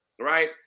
right